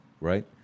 right